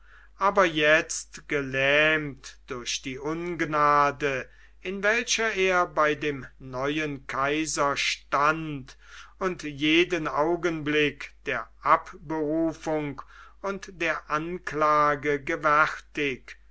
aber jetzt gelähmt durch die ungnade in welcher er bei dem neuen kaiser stand und jeden augenblick der abberufung und der anklage gewärtig